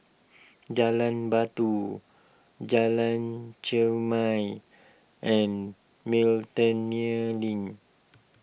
Jalan Batu Jalan Chermai and Miltonia Link